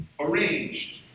Arranged